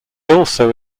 also